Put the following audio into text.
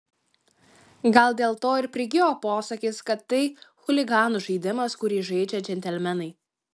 gal dėl to ir prigijo posakis kad tai chuliganų žaidimas kurį žaidžia džentelmenai